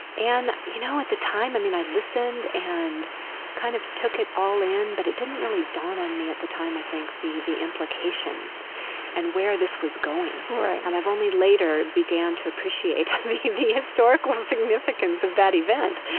and you know, at the time, i mean, i listened and kind of took it all in, but it didn't really dawn on me at the time, i think, the the implications and where this was going. and um i've only later begun to appreciate the historical significance of that event.